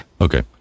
Okay